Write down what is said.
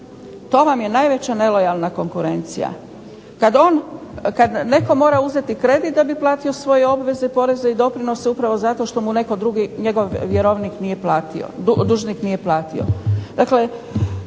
To vam je najveća nelojalna konkurencija. Kad netko mora uzeti kredit da bi platio svoje obveze, poreze i doprinose upravo zato što mu netko drugi njegov vjerovnik nije platio, dužnik nije platio.